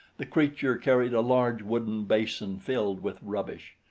the creature carried a large wooden basin filled with rubbish.